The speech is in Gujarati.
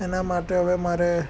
એના માટે હવે મારે